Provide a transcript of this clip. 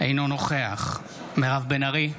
אינו נוכח מירב בן ארי,